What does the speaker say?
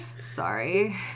sorry